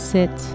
Sit